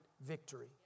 victory